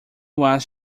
was